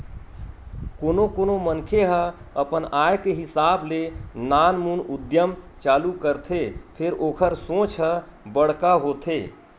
कोनो कोनो मनखे ह अपन आय के हिसाब ले नानमुन उद्यम चालू करथे फेर ओखर सोच ह बड़का होथे